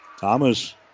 Thomas